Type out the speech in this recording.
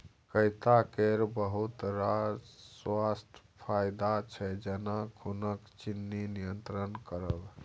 कैता केर बहुत रास स्वास्थ्य फाएदा छै जेना खुनक चिन्नी नियंत्रण करब